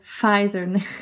Pfizer